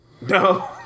No